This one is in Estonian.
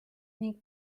ning